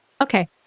Okay